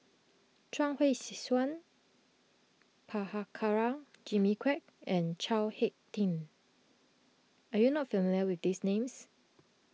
Chuang Hui Tsuan Prabhakara Jimmy Quek and Chao Hick Tin are you not familiar with these names